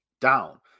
down